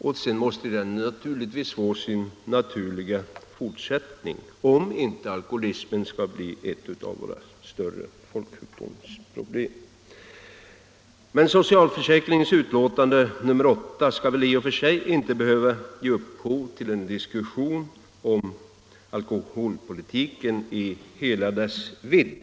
Och sedan måste den naturligtvis få sin naturliga fortsättning om inte alkoholismen skall bli ett av våra största folksjukdomsproblem. Socialförsäkringsutskottets betänkande nr 8 skall väl i och för sig inte ge upphov till en diskussion om alkoholpolitiken i hela dess vidd.